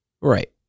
Right